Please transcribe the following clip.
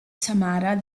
tamara